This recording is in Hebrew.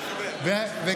לא היית חבר, אז תדייק.